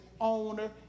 owner